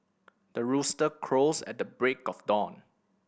the rooster crows at the break of dawn